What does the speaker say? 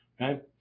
right